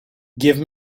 give